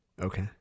Okay